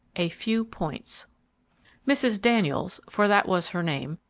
a few points mrs. daniels, for that was her name,